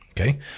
Okay